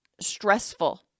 stressful